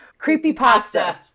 Creepypasta